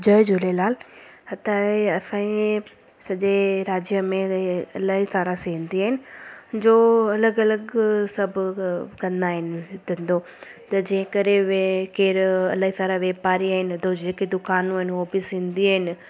जय झूलेलाल इते असांजे सॼे राज्य में हीअ इलाही सारा सिंधी आहिनि जो अलॻि अलॻि सभु अ कंदा आहिनि हीअ धंधो त जंहिं करे उहे केरु इलाही सारा वापारी आहिनि त जेकी दुकानूं आहिनि उओ बि सिंधी आहिनि